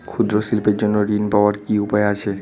ক্ষুদ্র শিল্পের জন্য ঋণ পাওয়ার কি উপায় আছে?